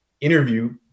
interview